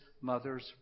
mother's